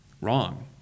Wrong